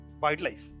wildlife